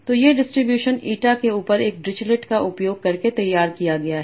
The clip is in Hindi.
तो ये डिस्ट्रीब्यूशन eta के ऊपर एक डिरिचलेट का उपयोग करके तैयार किया गया है